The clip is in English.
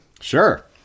Sure